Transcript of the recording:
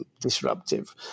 disruptive